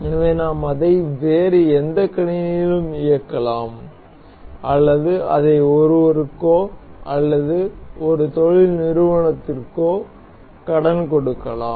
எனவே நாம் அதை வேறு எந்த கணினியிலும் இயக்கலாம் அல்லது அதை ஒருவருக்கோ அல்லது சில தொழில் நிறுவனத்துக்கோ கடன் கொடுக்கலாம்